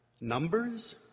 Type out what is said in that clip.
Numbers